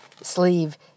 sleeve